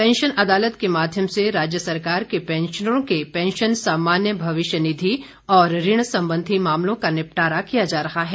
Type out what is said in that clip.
pension अदालत के माध्यम से राज्य सरकार के पैंशनरों के पैंशन सामान्य भविष्य निधि और ऋण संबंधि मामलों का निपटारा किया जा रहा है